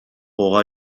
aura